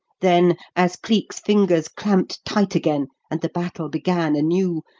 then, as cleek's fingers clamped tight again and the battle began anew,